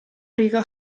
riga